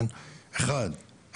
אחד,